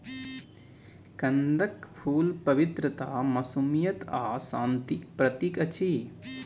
कंदक फुल पवित्रता, मासूमियत आ शांतिक प्रतीक अछि